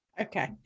Okay